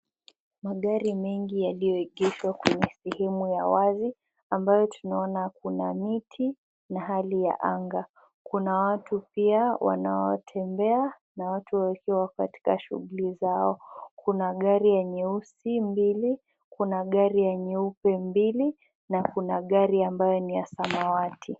Magari mengi yaliyo egeshwa kwenye sehemu ya wazi, amabyo tunaona kuna miti na hali ya anga, kuna watu pia wanaotembea, naona watu wakiwa katika shughuli zao, kuna gari ya nyeusi mbili, kuna gari ya nyeupe mbili na kuna gari ambayo ni ya samawati.